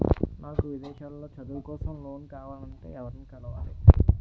నాకు విదేశాలలో చదువు కోసం లోన్ కావాలంటే ఎవరిని కలవాలి?